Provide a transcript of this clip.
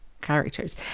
characters